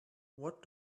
what